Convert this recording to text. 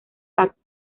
pacto